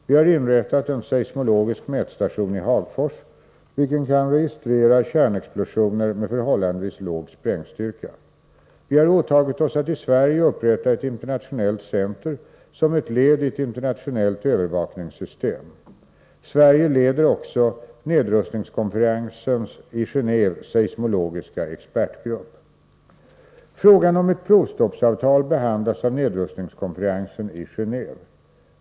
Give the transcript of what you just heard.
Vi har inrättat en seismologisk mätstation i Hagfors, vilken kan registrera kärnexplosioner med förhållandevis låg sprängstyrka. Vi har åtagit oss att i Sverige upprätta ett internationellt center, som ett led i ett internationellt övervakningssystem. Sverige leder också nedrustningskonferensens i Gendve seismologiska expertgrupp. Frågan om ett provstoppsavtal behandlas av nedrustningskonferensen i Genéve.